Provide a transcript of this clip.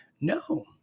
No